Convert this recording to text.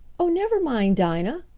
oh, never mind, dinah,